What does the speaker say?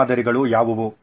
ಮೂಲಮಾದರಿಗಳು ಯಾವುವು